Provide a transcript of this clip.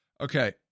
Okay